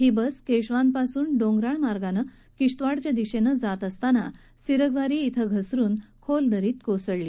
ही bus कश्विवापासून डोंगराळ मार्गानं किश्तवाडच्या दिश्विजात असताना सिर्गवारी यध्वघिसरुन खोल दरीत कोसळली